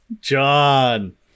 John